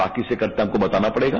बाकी से करते हैं आपको बताना पड़ेगा